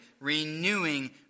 renewing